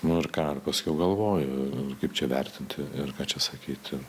nu ir ką ir paskiau galvoji kaip čia vertinti ir ką čia sakyti